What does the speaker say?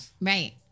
Right